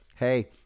Hey